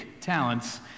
talents